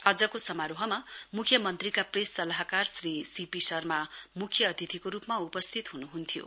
आजको समारोहमा म्ख्य मन्त्रीका प्रेस सल्लाहकार श्री सीपी शर्मा म्ख्य अतिथिको रूपमा उपस्थित हुनुहुन्थ्यो